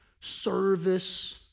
service